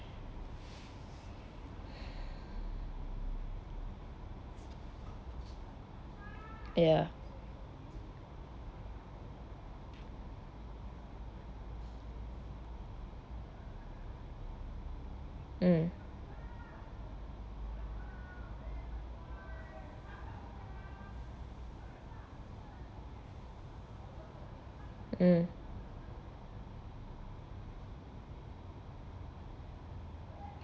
ya mm mm